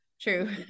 true